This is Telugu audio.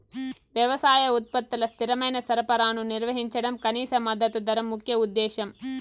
వ్యవసాయ ఉత్పత్తుల స్థిరమైన సరఫరాను నిర్వహించడం కనీస మద్దతు ధర ముఖ్య ఉద్దేశం